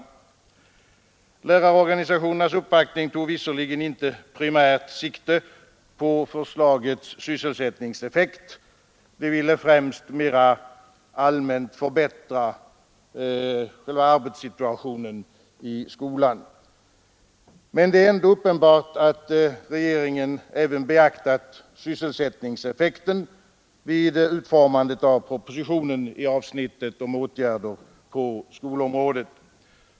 Lärarorganisationernas uppvaktning tog visserligen inte primärt sikte på förslagets sysselsättningseffekt; de ville främst mera allmänt förbättra arbetssituationen i skolan. Men det är ändå uppenbart att regeringen även beaktat sysselsättningseffekten vid utformandet av propositionen i avsnittet om åtgärder på skolområdet.